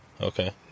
okay